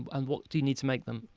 and what do you need to make them?